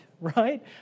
right